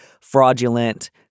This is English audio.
fraudulent